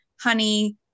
honey